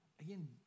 again